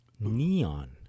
Neon